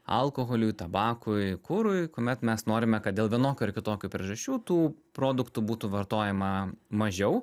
alkoholiui tabakui kurui kuomet mes norime kad dėl vienokių ar kitokių priežasčių tų produktų būtų vartojama mažiau